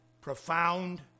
profound